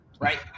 right